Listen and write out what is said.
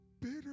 bitter